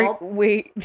Wait